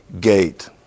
gate